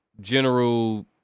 general